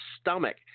stomach